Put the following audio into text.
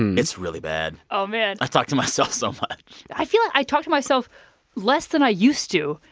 it's really bad oh man i talk to myself so much i feel like i talk to myself less than i used to,